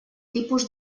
tipus